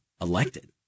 elected